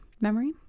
memory